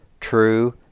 true